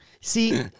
See